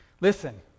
Listen